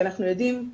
כי אנחנו יודעים,